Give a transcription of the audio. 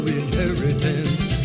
inheritance